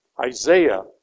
Isaiah